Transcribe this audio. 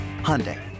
Hyundai